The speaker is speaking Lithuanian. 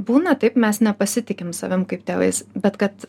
būna taip mes nepasitikim savim kaip tėvais bet kad